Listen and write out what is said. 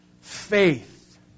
faith